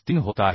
53 होत आहे